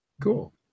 cool